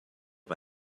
bei